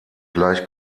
gleich